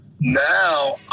now